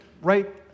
right